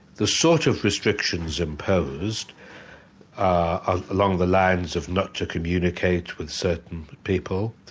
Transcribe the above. the sort of restrictions imposed are along the lines of not to communicate with certain people,